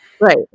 right